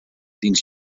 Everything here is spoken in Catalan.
dins